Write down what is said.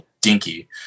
dinky